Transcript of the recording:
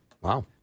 Wow